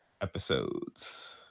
episodes